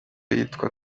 yitwa